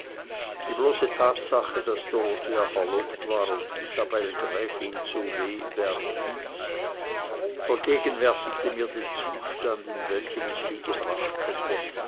die bloße tatsache daß dorothea verlobt war und isabel gräfin zu w berg hieß vergegenwärtigte mir den zustand in welchen ich sie gebracht hätte